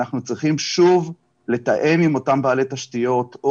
אנחנו צריכים שוב לתאם עם אותם בעלי תשתיות או